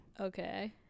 Okay